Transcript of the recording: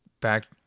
back